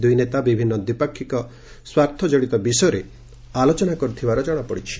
ଦୁଇ ନେତା ବିଭିନ୍ନ ଦ୍ୱିପାକ୍ଷିକ ସ୍ୱାର୍ଥ କଡ଼ିତ ବିଷୟରେ ଆଲୋଚନା କରିଥିବାର ଜଣାପଡ଼ିଛି